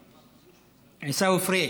אייכלר, עיסאווי פריג'.